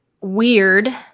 weird